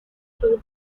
include